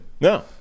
no